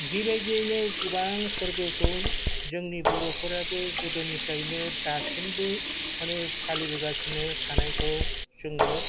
बेबायदियैनो गोबां फोरबोखौ जोंनि बर'फोराबो गोदोनिफ्रायनो दासिमबो माने फालिबोगासिनो थानायखौ जोङो